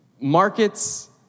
markets